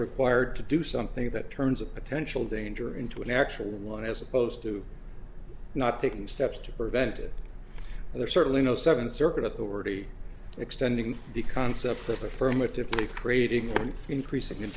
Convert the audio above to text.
required to do something that turns a potential danger into an actual one as opposed to not taking steps to prevent it and there's certainly no seven circuit authority extending the concept of affirmatively creating in